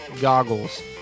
goggles